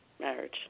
marriage